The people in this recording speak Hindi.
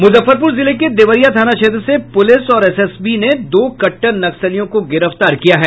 मुजफ्फरपुर जिले के देवरिया थाना क्षेत्र से पुलिस और एसएसबी ने दो कट्टर नक्सलियों को गिरफ्तार किया है